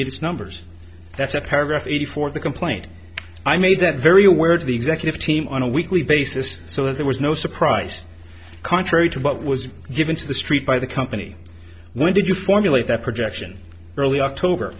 meet its numbers that's a paragraph eighty four of the complaint i made that very aware to the executive team on a weekly basis so there was no surprise contrary to what was given to the street by the company when did you formulate that projection early october